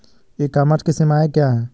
ई commerce की सीमाएं क्या हैं?